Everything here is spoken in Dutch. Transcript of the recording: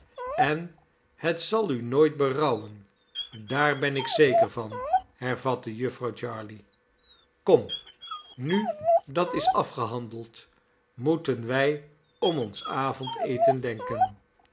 en het zal u nooit berouwen daar ben ik zeker van hervatte jufvrouw jarley kom nu dat is afgehandeld moeten wij om ons avondeten denken